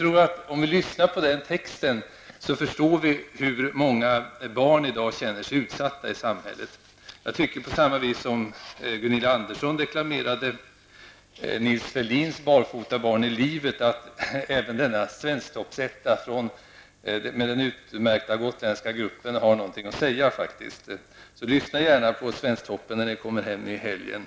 Om vi lyssnar på den texten tror jag att vi förstår hur utsatta många barn i dag känner sig i samhället. Barfotabarn i livet, och jag tycker att även denna Svensktoppsetta med den utmärkta gotländska gruppen faktiskt har någonting att säga, så lyssna gärna på Svensktoppen när ni kommer hem i helgen.